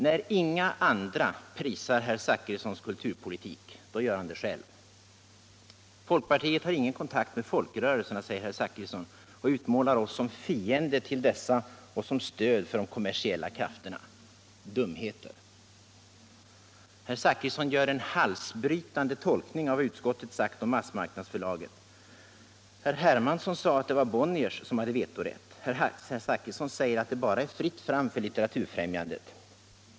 När inga andra prisar herr Zachrissons kulturpolitik gör han det själv. Folkpartiet har ingen kontakt med folkrörelserna, säger herr Zachrisson, och utmålar oss som fiender till dessa och som stöd för de kommersiella krafterna. Dumheter! Herr Zachrisson gör en halsbrytande tolkning av vad utskottet sagt om massmarknadsförlaget. Herr Hermansson sade att det är Bonniers som har vetorätt. Herr Zachrisson sade att det bara är fritt fram för Litteraturfrämjandet.